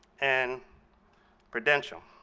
and prudential.